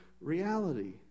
reality